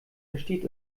versteht